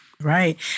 Right